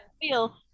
feel